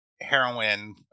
Heroin